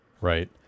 right